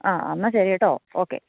ആ എന്നാൽ ശരി കേട്ടോ ഓക്കെ